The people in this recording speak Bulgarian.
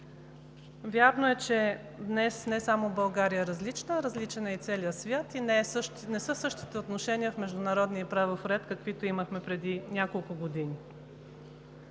Вярно е, че днес не само България е различна, а е различен и целият свят. Не са същите отношенията в международния и правов ред, каквито имахме преди няколко години.